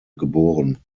geboren